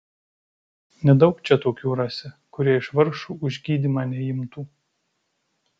nedaug čia tokių rasi kurie iš vargšų už gydymą neimtų